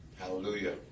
Hallelujah